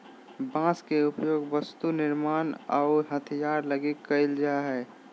बांस के उपयोग वस्तु निर्मान आऊ हथियार लगी कईल जा हइ